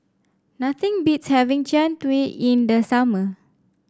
nothing beats having Jian Dui in the summer